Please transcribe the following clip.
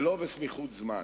ולא בסמיכות זמן.